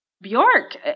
bjork